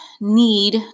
need